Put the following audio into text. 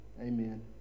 Amen